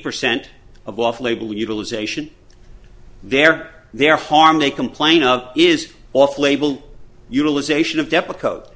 percent of off label utilization they're there harm they complain of is off label utilization of depakote